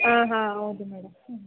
ಹಾಂ ಹಾಂ ಹೌದು ಮೇಡಮ್ ಹ್ಞೂ